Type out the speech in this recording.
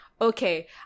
okay